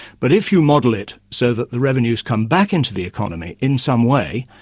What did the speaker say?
but if you model it so that the revenues come back into the economy, in some way,